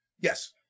Yes